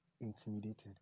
intimidated